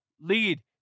lead